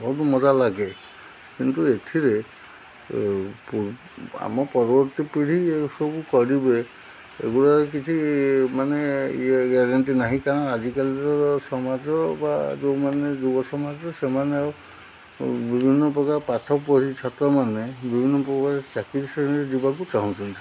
ବହୁତ ମଜା ଲାଗେ କିନ୍ତୁ ଏଥିରେ ଆମ ପରବର୍ତ୍ତୀ ପିଢ଼ି ଏସବୁ କରିବେ ଏଗୁଡ଼ା କିଛି ମାନେ ଇଏ ଗ୍ୟାରେଣ୍ଟି ନାହିଁ କାରଣ ଆଜିକାଲିର ସମାଜ ବା ଯେଉଁମାନେ ଯୁବ ସମାଜ ସେମାନେ ଆଉ ବିଭିନ୍ନ ପ୍ରକାର ପାଠ ପଢ଼ି ଛାତ୍ରମାନେ ବିଭିନ୍ନ ପ୍ରକାର ଚାକିରି ଶ୍ରେଣୀରେ ଯିବାକୁ ଚାହୁଁଛନ୍ତି